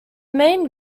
main